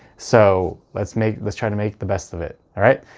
so let's make, let's try to make the best of it alright.